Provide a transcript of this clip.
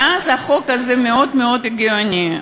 ואז החוק הזה מאוד מאוד הגיוני.